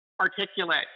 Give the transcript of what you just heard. articulate